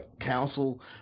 council